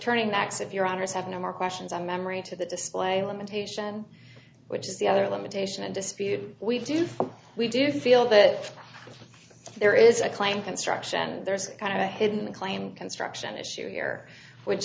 turning the ax if your honour's have no more questions on memory to the display limitation which is the other limitation in dispute we do we do feel that there is a claim construction there is a kind of a hidden claim construction issue here which